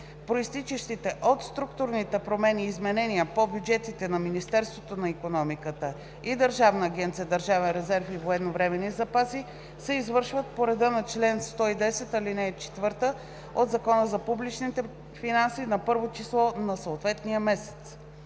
Произтичащите от структурните промени изменения по бюджетите на Министерството на икономиката и Държавна агенция „Държавен резерв и военновременни запаси“ се извършват по реда на чл. 110, ал. 4 от Закона за публичните финанси на 1-во число на съответния месец.“